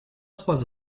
trois